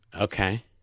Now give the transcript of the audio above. Okay